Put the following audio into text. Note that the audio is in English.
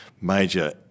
major